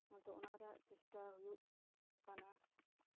ᱱᱤᱛᱳᱜ ᱚᱱᱟ ᱨᱮᱭᱟᱜ ᱪᱮᱥᱴᱟ ᱦᱩᱭᱩᱜ ᱠᱟᱱᱟ